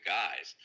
guys